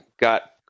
got